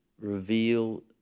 Reveal